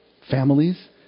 families